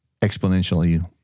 exponentially